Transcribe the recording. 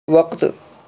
وقت